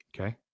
Okay